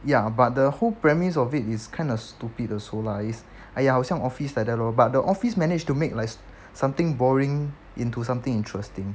ya but the whole premise of it is kind of stupid also lah it's !aiya! 好像 office like that lor but the office managed to make like something boring into something interesting